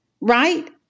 Right